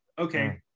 okay